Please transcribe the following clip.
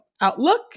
Outlook